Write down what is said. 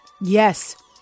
Yes